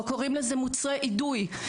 או קוראים לזה מוצרי אידוי.